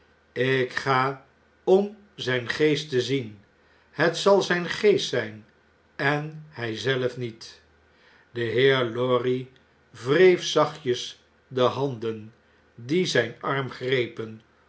ik ga om zijn geest te zien het zal zijn geest zijn en hij zelf niet i de heer lorry wreef zachtjes de handen die zijn arm grepen